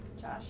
Josh